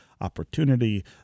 opportunity